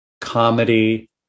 comedy